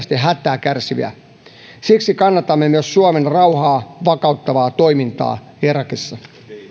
oikeasti hätää kärsiviä siksi kannatamme myös suomen rauhaa vakauttavaa toimintaa irakissa